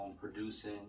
Producing